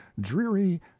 dreary